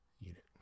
unit